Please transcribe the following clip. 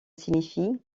signifie